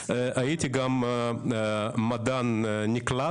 הייתי גם מדען נקלט,